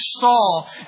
Saul